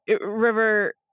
River